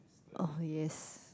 oh yes